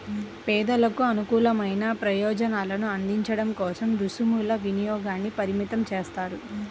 పేదలకు అనుకూలమైన ప్రయోజనాలను అందించడం కోసం రుసుముల వినియోగాన్ని పరిమితం చేస్తారు